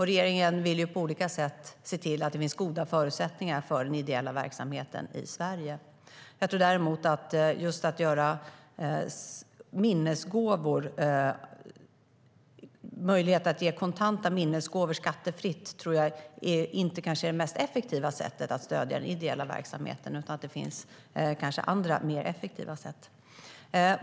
Regeringen vill på olika sätt se till att det finns goda förutsättningar för den ideella verksamheten i Sverige. Möjlighet att ge kontanta minnesgåvor skattefritt tror jag kanske inte är det mest effektiva sättet att stödja den ideella verksamheten. Det finns kanske andra mer effektiva sätt.